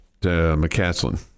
McCaslin